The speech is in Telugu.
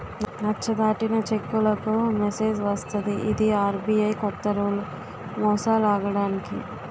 నచ్చ దాటిన చెక్కులకు మెసేజ్ వస్తది ఇది ఆర్.బి.ఐ కొత్త రూల్ మోసాలాగడానికి